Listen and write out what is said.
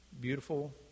beautiful